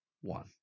one